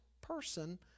person